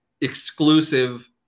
exclusive